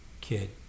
kid